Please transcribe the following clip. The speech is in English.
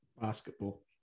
basketball